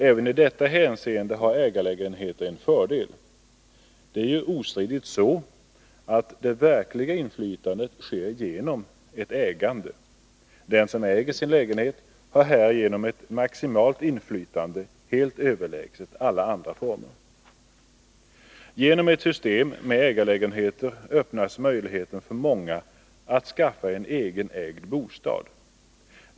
Även i detta hänseende har ägarlägenheter en fördel. Det är ostridigt så, att det verkliga inflytandet sker genom ett ägande. Den som äger sin lägenhet har härigenom ett maximalt inflytande, helt överlägset alla andra former. Genom ett system med ägarlägenheter öppnas möjligheten för många att skaffa en egen ägd bostad.